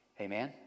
Amen